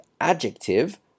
adjective